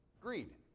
Greed